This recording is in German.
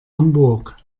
hamburg